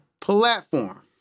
platform